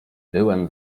byłem